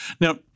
Now